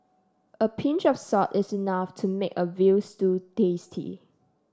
a pinch of salt is enough to make a veal stew tasty